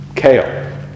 Kale